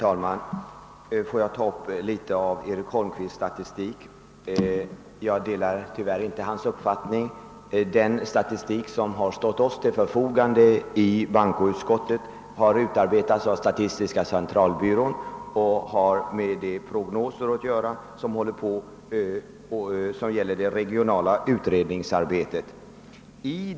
Herr talman! Jag delar tyvärr inte Eric Holmqvists uppfattning. Den statistik som har stått till förfogande för bankoutskottet har utarbetats av statistiska centralbyrån och har med de pro :gnoser att göra som gäller det regionala utredningsarbetet.